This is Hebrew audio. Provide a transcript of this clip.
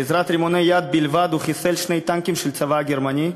בעזרת רימוני-יד בלבד הוא חיסל שני טנקים של הצבא הגרמני,